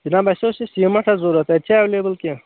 جناب اَسہِ اوس یہِ سیٖمٹ حظ ضوٚرتھ اَتہِ چھا ایٚویلیبُل کیٚنٛہہ